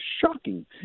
shocking